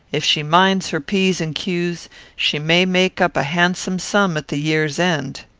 if she minds her p's and q's she may make up a handsome sum at the year's end.